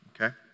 Okay